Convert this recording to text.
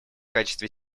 качестве